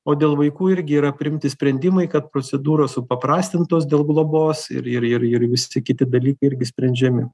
o dėl vaikų irgi yra priimti sprendimai kad procedūros supaprastintos dėl globos ir ir ir ir visi kiti dalykai irgi sprendžiami